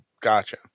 gotcha